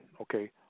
okay